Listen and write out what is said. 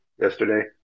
yesterday